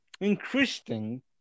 increasing